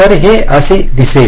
तर हे असे दिसेल